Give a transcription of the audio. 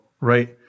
right